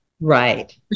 Right